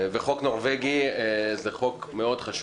וחוק נורווגי הוא חוק מאוד חשוב.